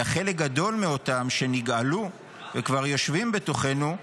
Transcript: אלא חלק גדול מאותם שנגאלו וכבר יושבים בתוכנו,